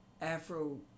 Afro